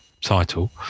title